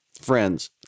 friends